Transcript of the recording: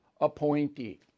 appointee